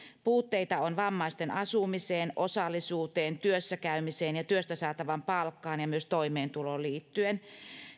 puutteita on vammaisten asumiseen osallisuuteen työssä käymiseen ja työstä saatavaan palkkaan ja myös toimeentuloon liittyen